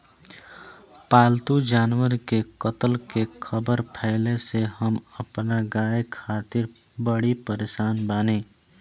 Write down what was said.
पाल्तु जानवर के कत्ल के ख़बर फैले से हम अपना गाय खातिर बड़ी परेशान बानी